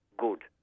good